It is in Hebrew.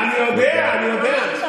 אני יודע, אני יודע.